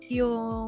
yung